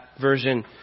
version